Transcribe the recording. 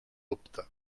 dubte